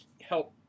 help